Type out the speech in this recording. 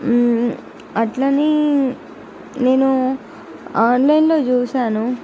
అట్లని నేను ఆన్లైన్లో చూసాను